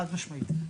חד משמעית.